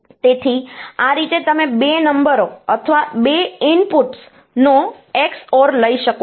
તેથી આ રીતે તમે 2 નંબરો અથવા 2 ઇનપુટ્સનો XOR લઈ શકો છો